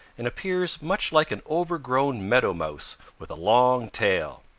and appears much like an overgrown meadow mouse with a long tail.